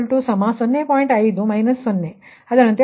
5 0ಆದ್ದರಿಂದ 0